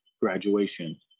graduation